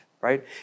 right